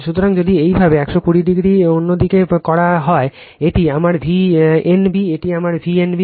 সুতরাং যদি একইভাবে 180o অন্য দিকে করা হয় এটি আমার V n b এটি আমার V n b